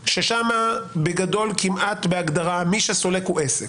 ששם בגדול, כמעט בהגדרה, מי שסולק הוא עסק,